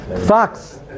Fox